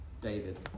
David